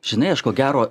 žinai aš ko gero